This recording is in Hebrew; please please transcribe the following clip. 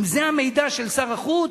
אם זה המידע של שר החוץ,